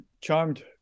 charmed